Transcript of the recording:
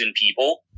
people